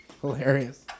Hilarious